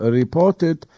reported